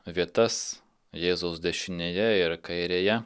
vietas jėzaus dešinėje ir kairėje